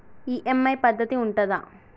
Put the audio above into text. EMI పద్ధతి ఉంటదా?